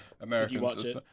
Americans